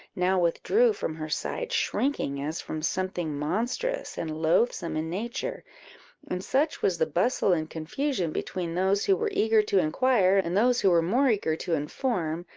now withdrew from her side, shrinking as from something monstrous and loathsome in nature and such was the bustle and confusion between those who were eager to inquire, and those who were more eager to inform,